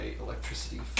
electricity